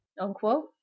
Unquote